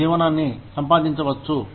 వారి జీవనాన్ని సంపాదించవచ్చు